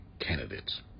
candidates